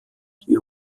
die